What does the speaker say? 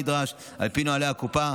כנדרש על פי נוהלי הקופה,